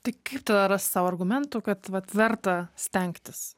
tai kaip tada rast sau argumentų kad vat verta stengtis